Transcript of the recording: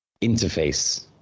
interface